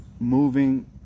moving